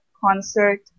concert